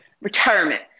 Retirement